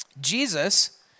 Jesus